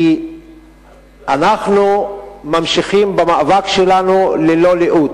כי אנחנו ממשיכים במאבק שלנו ללא לאות.